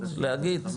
להגיד,